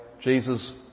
Jesus